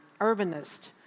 urbanist